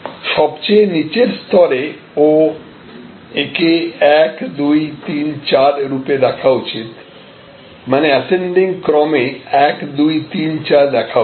সবচেয়ে নিচের স্তরে ও একে 1234 রূপে দেখা উচিত মানে অ্যাসেন্ডিং ক্রমে 1234 দেখা উচিত